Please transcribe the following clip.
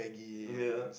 ya